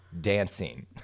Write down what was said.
dancing